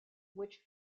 which